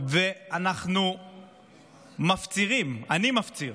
ואנחנו מפצירים, אני מפציר